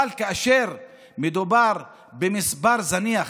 אבל כאשר מדובר במספר זניח,